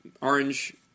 orange